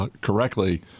correctly